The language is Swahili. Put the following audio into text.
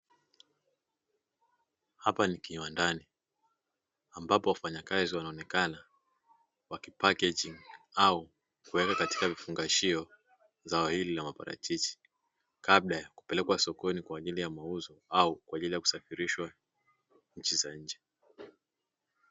Hapa ni kiwandani ambapo wafanyakazi wanaonekana wakipakeji au kuweka katika vifungashio zao la maparachichi, kabla ya kupelekwa sokoni kwa ajili ya mauzo au kwa ajili ya kusafirishwa nchi za nje.